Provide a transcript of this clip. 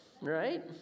right